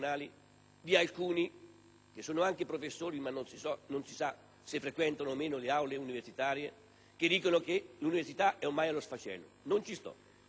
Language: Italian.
che sono anche professori, ma non si sa se frequentano o meno le aule universitarie, che sostengono che l'università è ormai allo sfacelo. Non ci sto. Non ci possiamo stare.